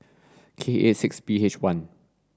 K eight six B H one